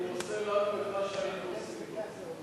הוא עושה לנו מה שאנחנו עושים לו.